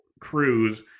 Cruz